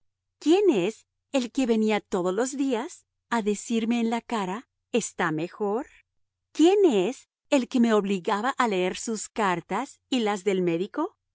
quién es el que venía todos los días a decirme en la cara está mejor quién es el que me obligaba a leer sus cartas y las del médico